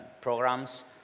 programs